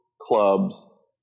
clubs